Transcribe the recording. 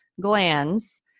glands